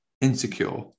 insecure